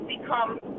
become